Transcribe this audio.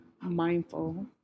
mindful